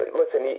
listen